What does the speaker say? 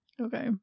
Okay